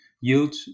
yield